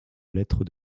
lettre